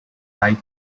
type